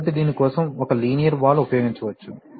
కాబట్టి దీని కోసం ఒక లీనియర్ వాల్వ్ ఉపయోగించవచ్చు